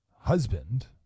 husband